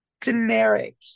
generic